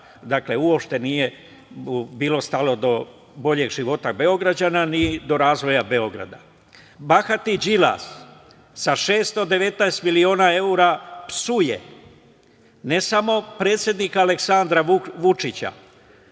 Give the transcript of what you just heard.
dakle, uopšte mu nije bilo stalo do boljeg života Beograđana ni do razvoja Beograda. Bahati Đilas sa 619 miliona evra psuje ne samo predsednika Aleksandra Vučića,